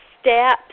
steps